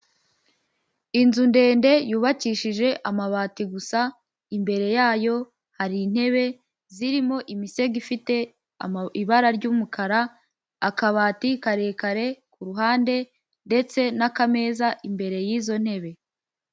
Inzu ndende yubakishije amabati gusa, imbere yayo hari intebe zirimo imisego ifite ibara ry'umukara, akabati karekare ku ruhande ndetse n'akameza imbere y'izo ntebe.